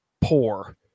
poor